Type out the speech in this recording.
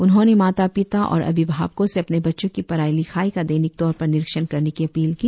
उन्होंने माता पिता और अभिभावकों से अपने बच्चों की पढ़ाई लिखाई का दैनिक तौर पर निरीक्षण करने की अपील की